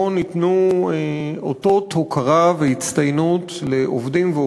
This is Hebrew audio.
שבו ניתנו אותות הוקרה והצטיינות לעובדים סוציאליים